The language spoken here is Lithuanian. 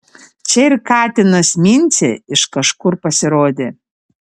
čia ir katinas mincė iš kažkur pasirodė